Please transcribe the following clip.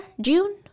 June